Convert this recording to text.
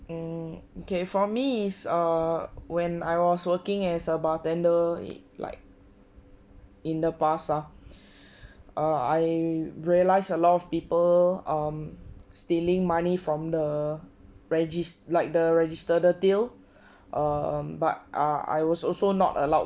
mm okay for me is err when I was working as a bartender like in the past ah err I realised a lot of people um stealing money from the regis~ like the register the um but err I was also not allowed